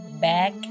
Back